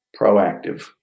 proactive